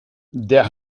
der